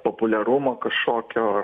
populiarumo kažkokio